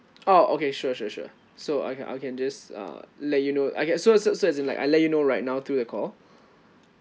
oh okay sure sure sure so I can I can just uh let you know okay so so as in like I let you know right now through the call